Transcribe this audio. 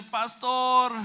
pastor